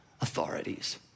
authorities